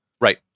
Right